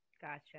Gotcha